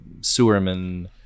sewermen